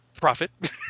Profit